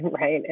right